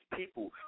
people